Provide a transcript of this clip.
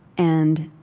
and